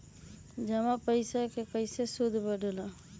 जमा पईसा के कइसे सूद बढे ला?